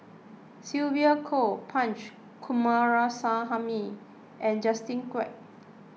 Sylvia Kho Punch Coomaraswamy and Justin Quek